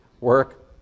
work